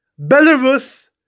Belarus